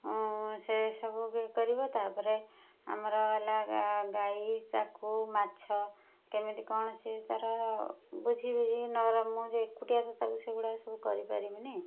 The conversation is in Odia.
ସେ ସବୁ କିଏ କରିବ ତା'ପରେ ଆମର ହେଲା ଗାଈ ତାକୁ ମାଛ କେମିତି କ'ଣ ସିଏ ତାର ବୁଝି ମୁଁ ତାକୁ ସେଗୁଡ଼ାକ ସବୁ କରି ପାରିବିନି